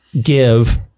give